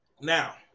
Now